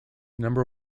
number